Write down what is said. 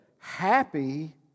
happy